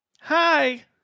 Hi